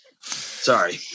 sorry